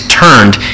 turned